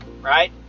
right